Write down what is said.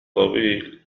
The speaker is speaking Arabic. طويل